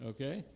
Okay